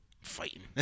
Fighting